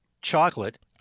Chocolate